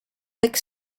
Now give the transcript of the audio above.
thick